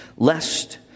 Lest